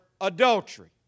adultery